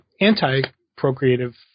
anti-procreative